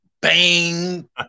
Bang